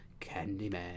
Candyman